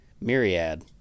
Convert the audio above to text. Myriad